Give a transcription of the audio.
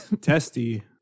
testy